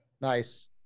Nice